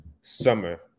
summer